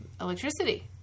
electricity